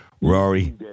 Rory